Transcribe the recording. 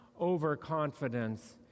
overconfidence